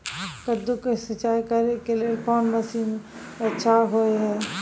कद्दू के सिंचाई करे के लेल कोन मसीन अच्छा होय है?